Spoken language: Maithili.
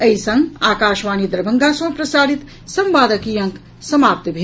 एहि संग आकाशवाणी दरभंगा सँ प्रसारित संवादक ई अंक समाप्त भेल